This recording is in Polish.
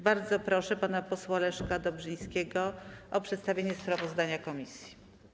Bardzo proszę pana posła Leszka Dobrzyńskiego o przedstawienie sprawozdania komisji.